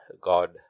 God